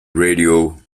radio